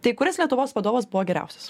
tai kuris lietuvos vadovas buvo geriausias